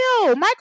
Michael